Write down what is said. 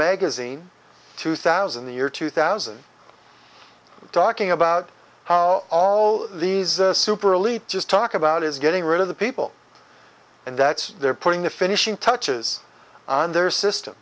magazine two thousand the year two thousand talking about how all these super elite just talk about is getting rid of the people and that's they're putting the finishing touches on their system